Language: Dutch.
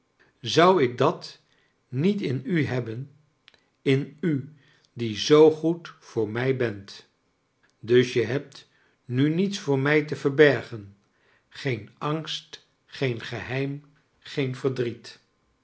zou ik dat niet in u hebben in ii die zoo goed voor mij bent j i us je hebt nu niets voor mij j te verbergen geeii angst geen ge i jieim verdriet